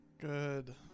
good